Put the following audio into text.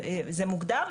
זה מוגדר.